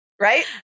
right